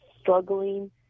struggling